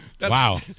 Wow